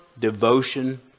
devotion